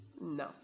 no